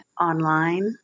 online